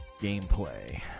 gameplay